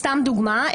סתם דוגמה,